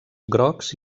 grocs